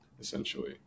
essentially